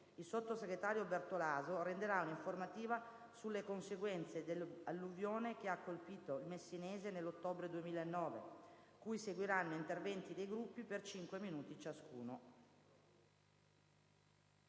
il sottosegretario Bertolaso renderà un'informativa sulle conseguenze dell'alluvione che ha colpito il Messinese nell'ottobre 2009, cui seguiranno interventi dei Gruppi per cinque minuti ciascuno.